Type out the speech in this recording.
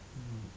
mm